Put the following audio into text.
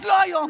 אז לא היום.